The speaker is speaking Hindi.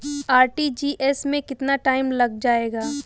आर.टी.जी.एस में कितना टाइम लग जाएगा?